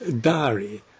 diary